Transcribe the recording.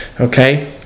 Okay